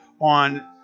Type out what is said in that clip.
on